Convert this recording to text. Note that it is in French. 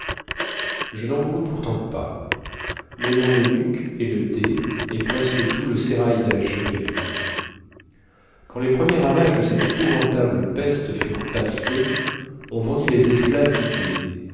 je n'en mourus pourtant pas mais mon eunuque et le dey et presque tout le sérail d'alger périrent quand les premiers ravages de cette épouvantable peste furent passés on vendit les esclaves du dey